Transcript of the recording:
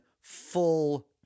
full